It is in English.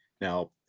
Now